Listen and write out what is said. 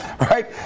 right